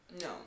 No